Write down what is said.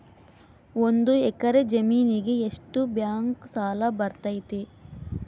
ಒಂದು ಎಕರೆ ಜಮೇನಿಗೆ ಎಷ್ಟು ಬ್ಯಾಂಕ್ ಸಾಲ ಬರ್ತೈತೆ?